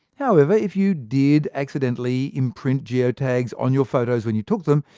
however, if you did accidentally imprint geotags on your photos when you took them,